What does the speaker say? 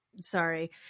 Sorry